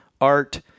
Art